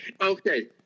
Okay